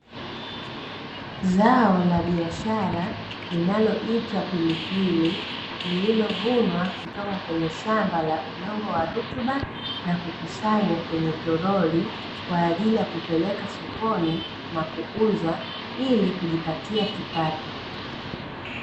Zao la biashara linaloitwa pilipili lililovunwa kutoka kwenye shamba la udongo wa rutuba na kukusanywa kwenye torori, kwa ajili ya kupeleka sokoni na kuuza ili kujipatia kipato.